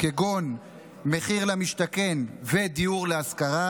כגון מחיר למשתכן ודיור להשכרה,